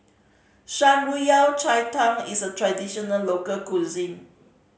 Shan Rui Yao Cai Tang is a traditional local cuisine